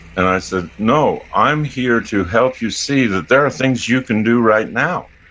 and i said, no. i'm here to help you see that there are things you can do right now,